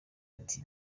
ati